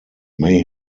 may